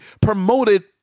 promoted